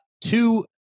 two